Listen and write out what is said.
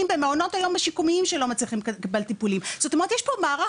במעונות היום השיקומיים שלא מצליחים לקבל טיפולים זאת אומרת יש פה מערך